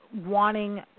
wanting